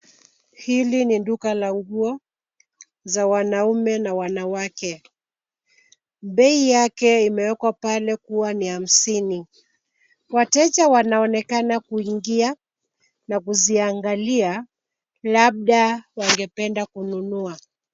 Hili ni duka la nguo za wanaume na wanawake. Bei yake imewekwa pale kuwa ni hamsini. Wateja wanaonekana kuingia na kuziangalia labda wangependa kununua.